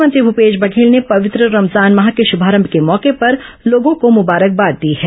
मुख्यमंत्री भूपेश बघेल ने पवित्र रमजान माह के शुभारंभ के मौके पर लोगों को मुबारकबाद दी है